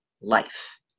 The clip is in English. life